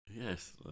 Yes